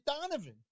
Donovan